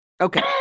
okay